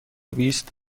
بیست